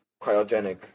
cryogenic